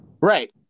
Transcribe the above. Right